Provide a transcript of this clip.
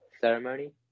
ceremony